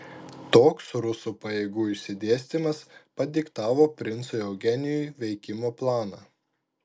toks rusų pajėgų išsidėstymas padiktavo princui eugenijui veikimo planą